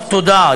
תודה,